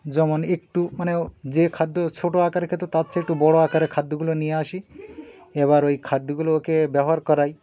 যেমন একটু মানে যে খাদ্য ছোট আকারে খেত তার চেয়ে একটু বড় আকারের খাদ্যগুলো নিয়ে আসি এবার ওই খাদ্যগুলোকে ব্যবহার করাই